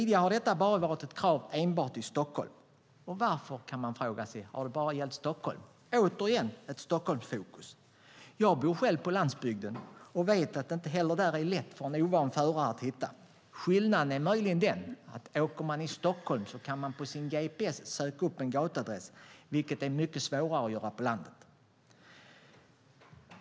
Detta har tidigare varit ett krav enbart i Stockholm. Man kan fråga sig varför det bara har gällt Stockholm. Det är återigen ett Stockholmsfokus. Jag bor själv på landsbygden och vet att det inte heller där är lätt för en ovan förare att hitta. Skillnaden är möjligen den att om man åker i Stockholm kan man på sin GPS söka upp en gatuadress, vilket är mycket svårare att göra på landet.